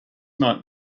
not